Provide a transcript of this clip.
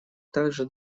также